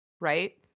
Right